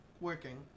Working